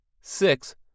six